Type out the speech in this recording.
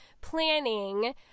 planning